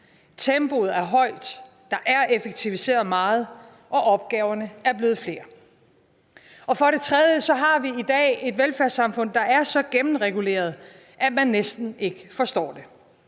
Tempoet er højt. Der er effektiviseret meget, og opgaverne er blevet flere. Og for det tredje har vi i dag et velfærdssamfund, der er så gennemreguleret, at man næsten ikke forstår det.